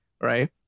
right